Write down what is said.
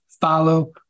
Follow